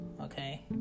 okay